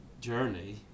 journey